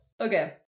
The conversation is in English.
okay